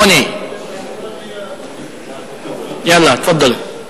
98). יאללה, תפאדלו.